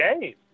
game